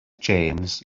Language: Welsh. james